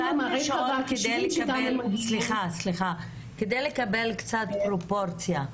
כדי לקבל קצת פרופורציה,